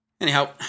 Anyhow